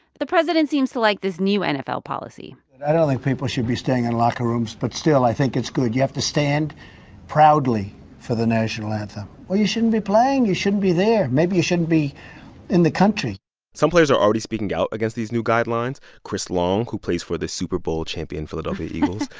the president seems to like this new nfl policy i don't think people should be staying in locker rooms, but still, i think it's good. you have to stand proudly for the national anthem or you shouldn't be playing. you shouldn't be there. maybe you shouldn't be in the country some players are already speaking out against these new guidelines. chris long, who plays for the super bowl champion philadelphia eagles,